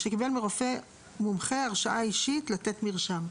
שקיבל מרופא מומחה הרשאה אישית לתת מרשם".